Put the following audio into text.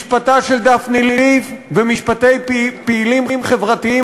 משפטה של דפני ליף ומשפטי פעילים חברתיים